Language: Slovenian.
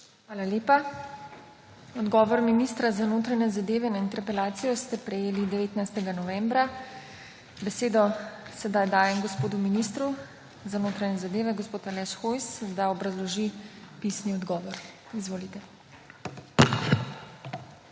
Hvala lepa. Odgovor ministra za notranje zadeve na interpelacijo ste prejeli 19. novembra. Besedo sedaj dajem gospodu ministru za notranje zadeve Alešu Hojsu, da obrazloži pisni odgovor. Izvolite.